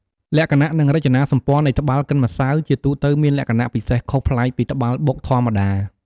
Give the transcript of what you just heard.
លក្ខណៈ និងរចនាសម្ព័ន្ធនៃត្បាល់កិនម្សៅជាទូទៅមានលក្ខណៈពិសេសខុសប្លែកពីត្បាល់បុកធម្មតា។